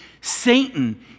Satan